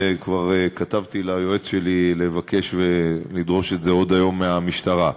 וכבר כתבתי ליועץ שלי לבקש לדרוש את זה עוד היום מהמשטרה.